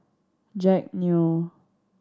Jack Neo